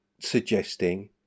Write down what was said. suggesting